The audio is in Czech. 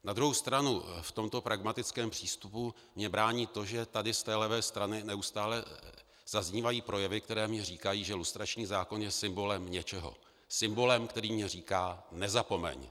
Na druhou stranu v tomto pragmatickém přístupu mi brání to, že tady z té levé strany neustále zaznívají projevy, které mi říkají, že lustrační zákon je symbolem něčeho symbolem, který mi říká: nezapomeň!